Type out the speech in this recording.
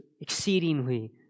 exceedingly